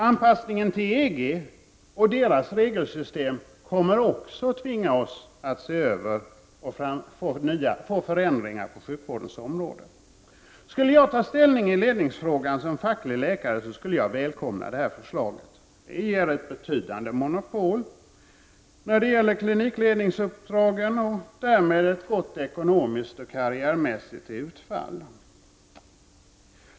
Anpassningen till EG och dess regelsystem kommer också att tvinga oss att få till stånd förändringar på sjukvårdens område. Om jag som facklig läkare skulle ta ställning i ledningsfrågan skulle jag välkomna detta förslag. Det ger ett betydande monopol när det gäller klinikledningsuppdragen och därmed ett gott ekonomiskt och karriärmässigt utfall.